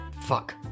Fuck